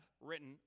written